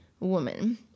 woman